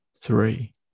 three